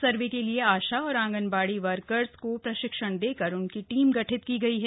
सर्वे के लिए आशा और आंनगबाड़ी वर्कर को प्रशिक्षण देकर उनकी टीम गठित की गई है